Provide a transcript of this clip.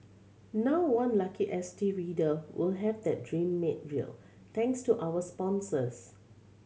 now one lucky S T reader will have that dream made real thanks to our sponsors